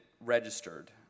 registered